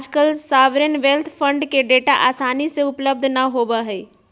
आजकल sovereign wealth fund के data आसानी से उपलब्ध ना होबा हई